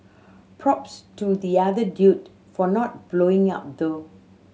props to the other dude for not blowing up though